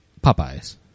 Popeye's